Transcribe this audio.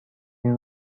این